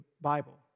Bible